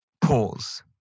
pause